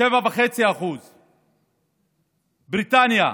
7.5%; בריטניה,